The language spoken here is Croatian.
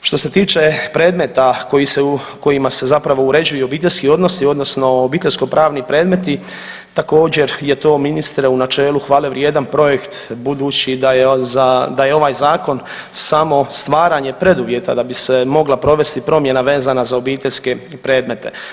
Što se tiče predmeta kojima se zapravo uređuju obiteljski odnosi odnosno obiteljsko pravni predmeti također je to ministre u načelu hvale vrijedan projekt budući da je ovaj zakon samo stvaranje preduvjeta da bi se mogla provesti promjena vezana za obiteljske predmete.